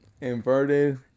inverted